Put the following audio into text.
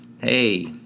hey